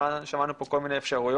שמענו פה כל מיני אפשרויות.